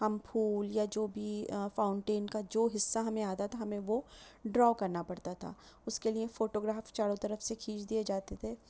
ہم پھول یا جو بھی فاؤنٹین کا جو حصہ ہمیں آتا تھا ہمیں وہ ڈرا کرنا پڑتا تھا اس کے لئے فوٹوگراف چاروں سے طرف سے کھینچ دیے جاتے تھے